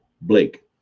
Blake